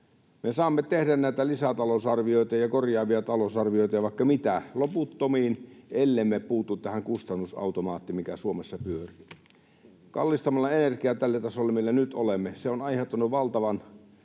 Me saamme tehdä näitä lisätalousarvioita ja korjaavia talousarvioita ja vaikka mitä loputtomiin, ellemme puutu tähän kustannusautomaattiin, mikä Suomessa pyörii. Energian kallistaminen tälle tasolle, millä nyt olemme, on aiheuttanut valtavan